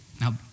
Now